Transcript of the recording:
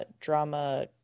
drama